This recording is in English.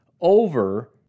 over